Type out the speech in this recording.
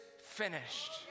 finished